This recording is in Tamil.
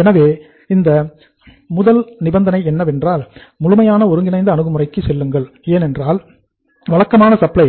எனவே இது முதல் நிபந்தனை என்னவென்றால் முழுமையான ஒருங்கிணைந்த அணுகுமுறைக்கு செல்லுங்கள் ஏனென்றால் வழக்கமான சப்ளை